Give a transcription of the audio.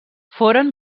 foren